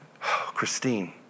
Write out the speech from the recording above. Christine